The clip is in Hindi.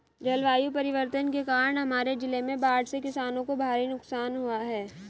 जलवायु परिवर्तन के कारण हमारे जिले में बाढ़ से किसानों को भारी नुकसान हुआ है